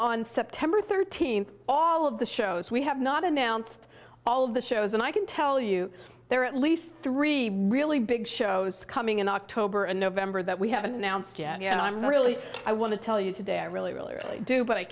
on september thirteenth all of the shows we have not announced all of the shows and i can tell you there are at least three really big shows coming in october and november that we haven't announced yet and i'm really i want to tell you today i really really do but i